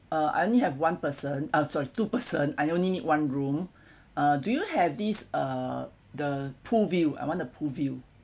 uh I only have one person uh sorry two person I only need one room uh do you have this uh the pool view I want the pool view